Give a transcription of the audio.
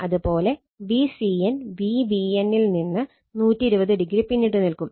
അത് പോലെ Vcn Vbn ൽ നിന്ന് 120o പിന്നിട്ട് നിൽക്കും